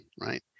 right